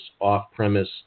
off-premise